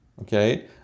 okay